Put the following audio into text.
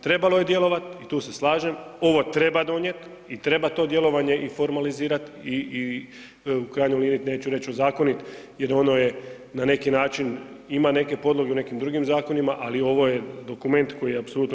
Trebalo je djelovat i tu se slažem, ovo treba donijeti i treba to djelovanje i formalizirat i u krajnjoj liniji neću reći ozakonit jer ono je na neki način ima neke podloge u nekim drugim zakonima, ali ovo je dokument koji apsolutno